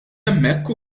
hemmhekk